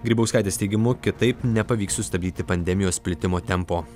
grybauskaitės teigimu kitaip nepavyks sustabdyti pandemijos plitimo tempo